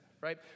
right